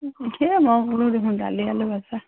সেইয়াই মই ক'লো দেখোন দালি আলু ভাজা